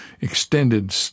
extended